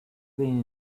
been